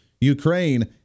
Ukraine